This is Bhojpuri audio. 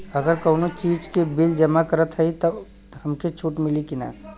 अगर कउनो चीज़ के बिल जमा करत हई तब हमके छूट मिली कि ना?